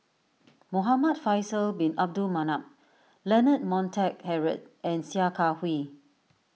Muhamad Faisal Bin Abdul Manap Leonard Montague Harrod and Sia Kah Hui